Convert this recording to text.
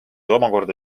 omakorda